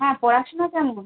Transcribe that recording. হ্যাঁ পড়াশোনা কেমন